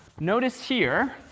notice here,